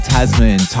Tasman